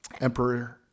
Emperor